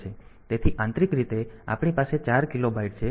તેથી આંતરિક રીતે આપણી પાસે 4 કિલોબાઈટ છે